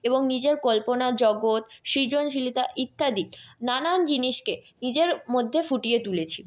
এবং নিজের কল্পনার জগৎ সৃজনশীলতা ইত্যাদি নানান জিনিসকে নিজের মধ্যে ফুটিয়ে তুলেছি